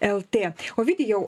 lt ovidijau